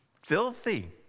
filthy